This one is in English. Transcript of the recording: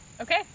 Okay